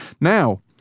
now